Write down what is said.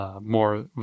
More